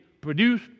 produce